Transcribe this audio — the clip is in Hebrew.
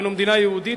אנו מדינה יהודית,